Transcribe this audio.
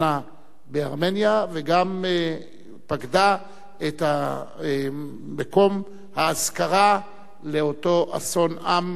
בארמניה וגם פקדה את מקום האזכרה לאותו אסון עם שקרה